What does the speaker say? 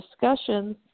discussions